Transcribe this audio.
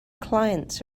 clients